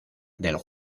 del